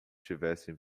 tivessem